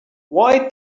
why